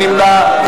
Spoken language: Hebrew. מי נמנע?